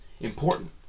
important